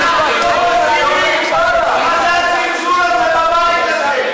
אנחנו לא מסכימים, מה זה הזלזול הזה בבית הזה?